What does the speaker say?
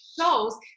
shows